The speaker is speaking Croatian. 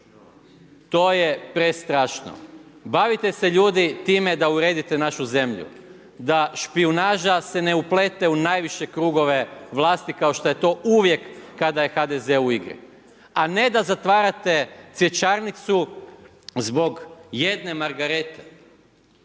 To je prestrašno, bavite se ljudi time, da uredite našu zemlju, da špijunaža se ne uplete u najviše krugove vlasti kao što je to uvijek kada je HDZ u igri, a ne da zatvarate cvjećarnicu zbog jedne margarete